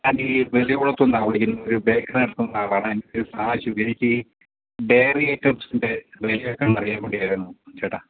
അത് ഈ വലിയ കുളത്തുനിന്നാണ് വിളിക്കുന്നത് ഒരു ബേക്കറി നടത്തുന്ന ആളാണ് എനിക്കൊരു ആവശ്യമുണ്ട് എനിക്ക് ഈ ഡെയറി ഐറ്റംസിൻ്റെ വിലയൊക്കെ ഒന്ന് അറിയാൻ വേണ്ടിയിട്ടായിരുന്നു ചേട്ടാ